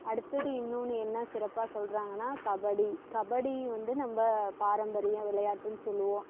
அடுத்தது இன்னொன்று என்ன சிறப்பாக சொல்கிறாங்கனா கபடி கபடி வந்து நம்ம பாரம்பரிய விளையாட்டுன்னு சொல்வோம்